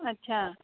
अच्छा